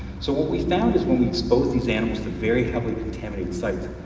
so what we found is when we exposed these animals to very heavily contaminated sites,